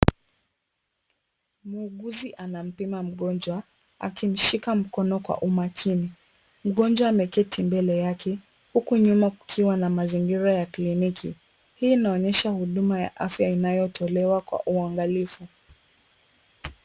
Muuguzi anampima mgonjwa akimshika mkono kwa umakini. Mgonjwa ameketi mbele yake, huku nyuma kukiwa na mazingira ya kliniki. Hii inaonyesha huduma ya afya inayotolewa kwa uangalifu.